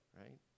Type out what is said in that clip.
right